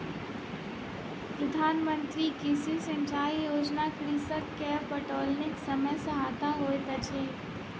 प्रधान मंत्री कृषि सिचाई योजना कृषक के पटौनीक समय सहायक होइत अछि